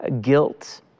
guilt